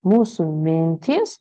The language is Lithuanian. mūsų mintys